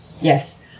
Yes